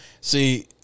See